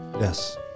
Yes